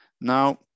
Now